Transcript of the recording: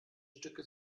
stücke